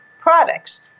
products